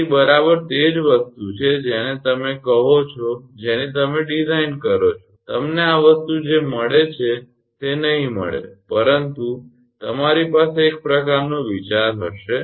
તેથી બરાબર તે જ વસ્તુ છે જેને તમે કહો છો જેની તમે ડિઝાઇન કરો છો તમને આ વસ્તુ જે મળે છે તે નહીં મળે પરંતુ તમારી પાસે એક પ્રકારનો વિચાર હશે